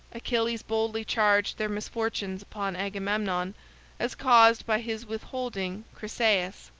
achilles boldly charged their misfortunes upon agamemnon as caused by his withholding chryseis.